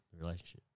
relationship